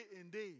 indeed